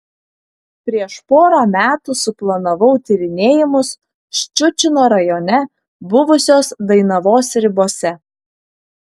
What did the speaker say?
prieš porą metų suplanavau tyrinėjimus ščiučino rajone buvusios dainavos ribose